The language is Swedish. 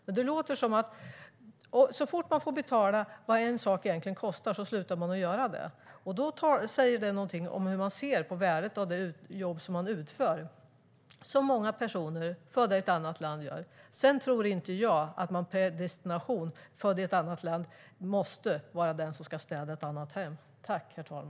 Men på dig låter det som att så fort man får betala vad en sak egentligen kostar slutar man att göra det. Det säger någonting om hur man ser på värdet av det jobb som utförs, som många personer födda i ett annat land utför. Sedan tror inte jag att det är predestinerat att den som är född i ett annat land måste vara den som ska städa ett annat hem.